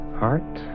heart